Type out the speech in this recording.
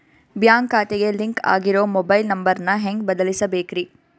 Bank ಖಾತೆಗೆ link ಆಗಿರೋ mobile number ನ ಹೆಂಗ್ ಬದಲಿಸಬೇಕ್ರಿ?